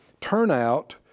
turnout